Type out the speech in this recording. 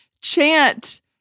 Chant